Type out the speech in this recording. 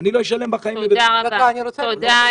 אני לא אשלם בחיים --- תודה, אביעד.